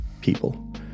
people